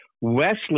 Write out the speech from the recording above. Wesley